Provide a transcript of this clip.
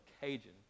Cajun